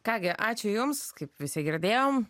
ką gi ačiū jums kaip visi girdėjom